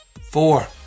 four